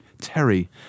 Terry